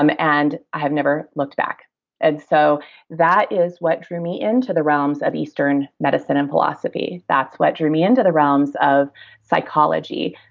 um and i have never looked back and so that is what drew me into the realms of eastern medicine and philosophy. that's what drew me into the realms of psychology,